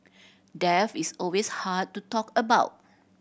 death is always hard to talk about